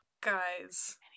Guys